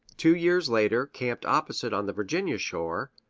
two years later camped opposite on the virginia shore,